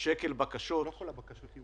מה סך כל הבקשות?